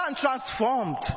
transformed